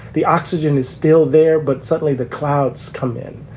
the oxygen is still there, but suddenly the clouds come in.